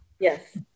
Yes